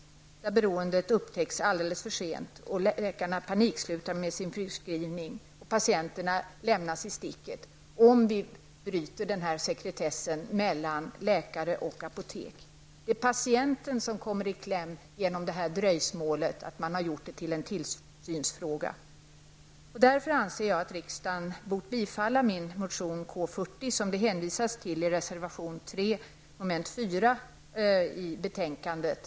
Med dagens system upptäcks ju ett beroende alldeles för sent. Läkarna så att säga panikslutar med sin förskrivning, och patienterna lämnas i sticket, om vi bryter sekretessen mellan läkare och apotek. Det är alltså patienten som kommer i kläm genom det här dröjsmålet, dvs. genom att man har gjort frågan till en tillsynsfråga. Därför anser jag att riksdagen borde bifalla min motion KU40, som det hänvisas till i reservation 3 -- avseende mom. 4 i betänkandet.